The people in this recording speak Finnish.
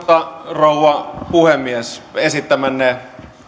rouva puhemies esittämänne